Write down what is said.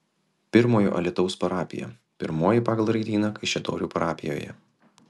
pirmojo alytaus parapija pirmoji pagal raidyną kaišiadorių parapijoje